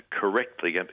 correctly